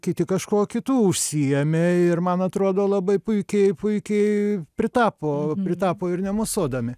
kiti kažkuo kitu užsiėmė ir man atrodo labai puikiai puikiai pritapo pritapo ir nemosuodami